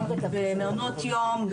במעונות יום,